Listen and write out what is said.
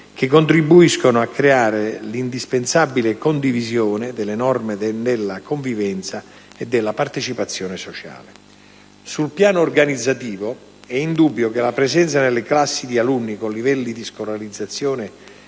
che contribuiscono a creare l'indispensabile condivisione delle norme della convivenza e della partecipazione sociale. Sul piano organizzativo è indubbio che la presenza nelle classi di alunni con livelli di scolarizzazione